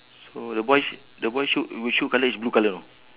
so the boy sh~ the boy shoe your shoe colour is blue colour ah